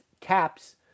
caps